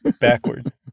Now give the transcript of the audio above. backwards